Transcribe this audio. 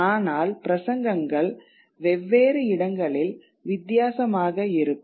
ஆனால் பிரசங்கங்கள் வெவ்வேறு இடங்களில் வித்தியாசமாக இருக்கும்